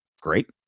great